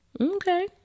Okay